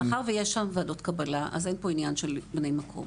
מאחר ויש שם וועדות קבלה אז אין פה עניין של בני מקום.